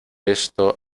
esto